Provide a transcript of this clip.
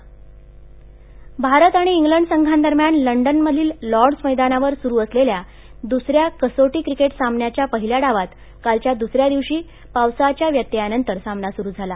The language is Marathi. क्रिकेट भारत आणि इंग्लंड संघादस्म्यान लंडन मधील लॉर्डस मद्रानावर सुरू असलेल्या दुसऱ्या कसोटी क्रिकेट सामन्याच्या पहिल्या डावात कालच्या दुसऱ्या दिवशी पावसाच्या व्यत्त्यानंतर सामना सुरु झाला